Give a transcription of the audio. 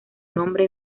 nombre